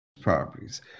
properties